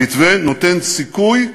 המתווה נותן סיכוי,